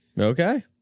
Okay